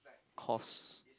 Cos